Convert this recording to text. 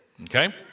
Okay